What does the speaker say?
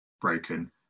broken